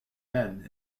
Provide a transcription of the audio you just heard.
men